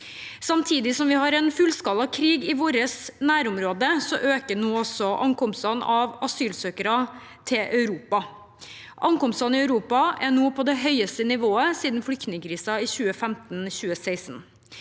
Samtidig som vi har en fullskala krig i våre nærområder, øker også ankomsten av asylsøkere til Europa. Ankomstene i Europa er nå på det høyeste nivået siden flyktningkrisen i 2015–2016.